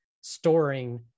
storing